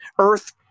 earth